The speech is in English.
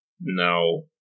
No